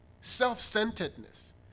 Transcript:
self-centeredness